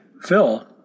Phil